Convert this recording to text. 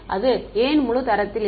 அது ஏன் முழு தரத்தில் இல்லை